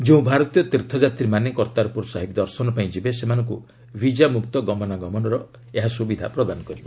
ଯେଉଁ ଭାରତୀୟ ତୀର୍ଥଯାତ୍ରୀମାନେ କର୍ତ୍ତାପୁର ସାହିବ ଦର୍ଶନ ପାଇଁ ଯିବେ ସେମାନଙ୍କୁ ଭିଜା ମୁକ୍ତ ଗମନାଗମନର ଏହା ସୁବିଧା ପ୍ରଦାନ କରିବ